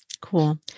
Cool